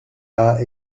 las